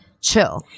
chill